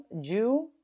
Jew